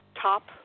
top